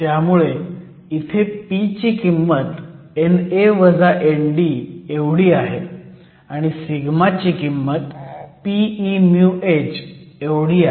त्यामुळे इथे p ची किंमत NA ND आहे आणि σ ची किंमत p e μh आहे